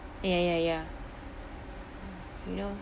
ya ya ya you know